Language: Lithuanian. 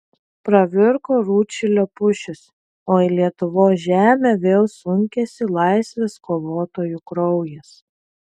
pravirko rūdšilio pušys o į lietuvos žemę vėl sunkėsi laisvės kovotojų kraujas